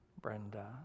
Brenda